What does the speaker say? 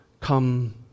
come